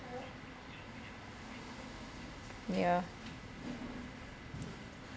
yeah